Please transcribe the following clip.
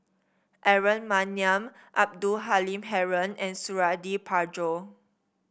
Aaron Maniam Abdul Halim Haron and Suradi Parjo